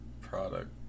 product